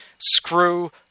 screw